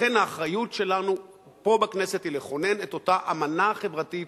ולכן האחריות שלנו פה בכנסת היא לכונן את אותה אמנה חברתית